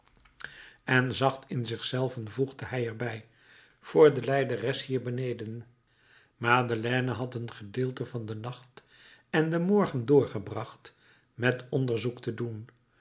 en zacht in zich zelven voegde hij er bij voor de lijderes hierbeneden madeleine had een gedeelte van den nacht en den morgen doorgebracht met onderzoek te doen